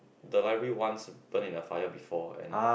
the library once burn in the fire before and